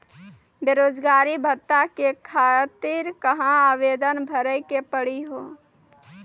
बेरोजगारी भत्ता के खातिर कहां आवेदन भरे के पड़ी हो?